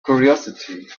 curiosity